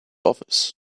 office